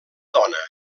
dona